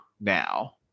now